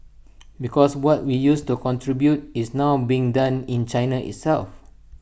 because what we used to contribute is now being done in China itself